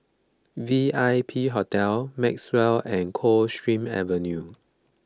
V I P Hotel Maxwell and Coldstream Avenue